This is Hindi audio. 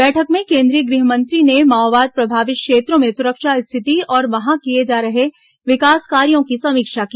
बैठक में केन्द्रीय गृह मंत्री ने माओवाद प्रभावित क्षेत्रों में सुरक्षा स्थिति और वहां किये जा रहे विकास कार्यो की समीक्षा की